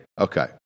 Okay